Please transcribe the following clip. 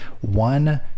One